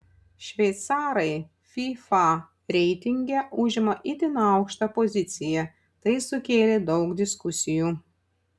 šveicarai fifa reitinge užima itin aukštą poziciją tai sukėlė daug diskusijų